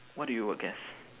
what do you work as